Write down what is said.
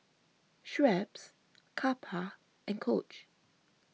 Schweppes Kappa and Coach